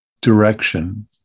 direction